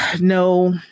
no